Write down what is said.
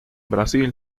brasil